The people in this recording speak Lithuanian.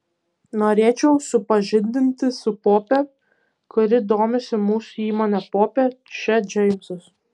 norėčiau supažindinti su pope kuri domisi mūsų įmone pope čia džeimsas